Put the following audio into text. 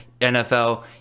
NFL